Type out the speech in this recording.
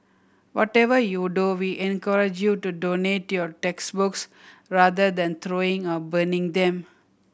whatever you do we encourage you to donate your textbooks rather than throwing or burning them